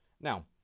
Now